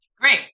Great